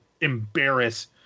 embarrass